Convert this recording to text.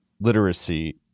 literacy